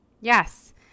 Yes